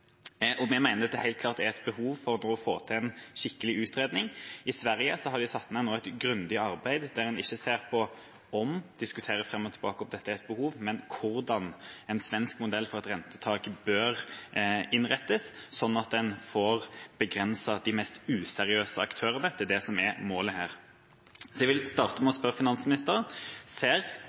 at det helt klart er et behov for å få til en skikkelig utredning. I Sverige har de nå satt ned et grundig arbeid der en ikke diskuterer fram og tilbake om dette er et behov, men ser på hvordan en svensk modell for et rentetak bør innrettes, sånn at en får begrenset de mest useriøse aktørene. Det er det som er målet her. Så jeg vil starte med å spørre finansministeren: Ser